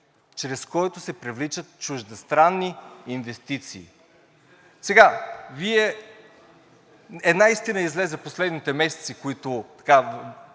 чрез който се привличат чуждестранни инвестиции. Сега, една истина излезе през последните месеци, която,